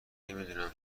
نمیدونم